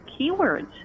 keywords